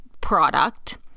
product